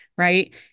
Right